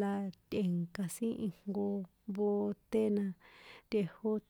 la tꞌe̱nka̱ sin ijnko bote na tꞌejo, tꞌejó.